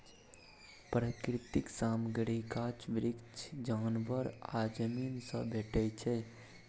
प्राकृतिक सामग्री गाछ बिरीछ, जानबर आ जमीन सँ भेटै छै